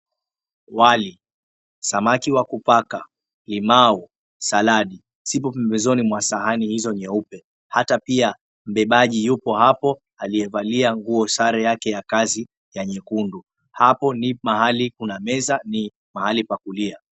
Wali, samaki wa kupaka, limau, saladi ziko pembeni mwa sahani hizo nyeupe. Hata pia mbebaji yuko hapo aliye valia nguo yake sare yake ya kazi ya nyekundu. Hapo ni mahali kuna meza na ni mahali pa kulia.